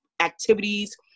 activities